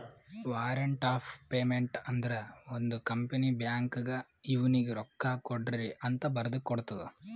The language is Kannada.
ವಾರಂಟ್ ಆಫ್ ಪೇಮೆಂಟ್ ಅಂದುರ್ ಒಂದ್ ಕಂಪನಿ ಬ್ಯಾಂಕ್ಗ್ ಇವ್ನಿಗ ರೊಕ್ಕಾಕೊಡ್ರಿಅಂತ್ ಬರ್ದಿ ಕೊಡ್ತದ್